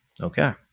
Okay